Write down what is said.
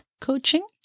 coaching